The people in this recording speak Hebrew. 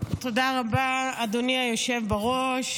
אינו נוכח,